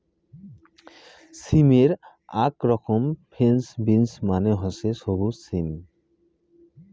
সিমের আক রকম ফ্রেঞ্চ বিন্স মানে হসে সবুজ সিম